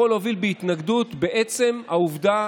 יכול להוביל להתנגדות מעצם העובדה